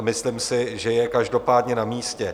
Myslím si, že je každopádně na místě.